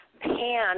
Pan